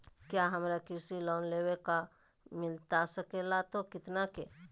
क्या हमारा कृषि लोन लेवे का बा मिलता सके ला तो कितना के?